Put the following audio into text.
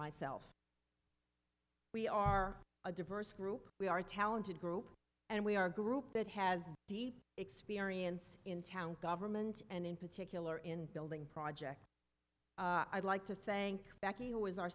myself we are a diverse group we are a talented group and we are a group that has deep experience in town government and in particular in building project i'd like to thank becky who was our